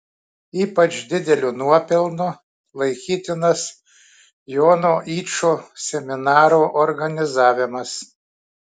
ypač dideliu nuopelnu laikytinas jono yčo seminaro organizavimas